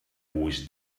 was